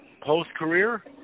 post-career